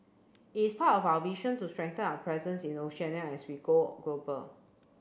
it is part of our vision to strengthen our presence in Oceania as we go global